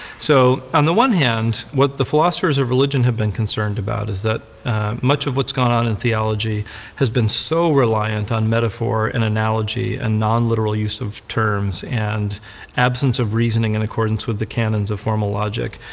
so, on the one hand, what the philosophers of religion have been concerned about is that much of what's gone on in theology has been so reliant on metaphor and analogy and non-literal use of terms and absence of reasoning in accordance with the canons of formal logic,